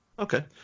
okay